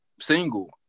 single